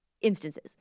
instances